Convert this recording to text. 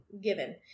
Given